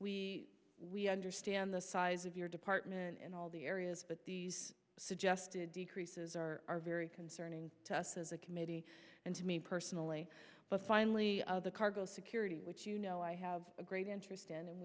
we understand the size of your department and all the areas but these suggested decreases are very concerning to us as a committee and to me personally but finally the cargo security which you know i have a great interest in